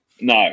No